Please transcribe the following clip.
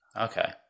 Okay